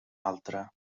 altre